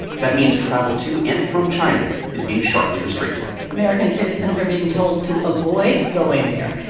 that means travel to and from china is being sharply restricted american citizens are being told to avoid going there.